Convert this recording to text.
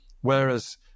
Whereas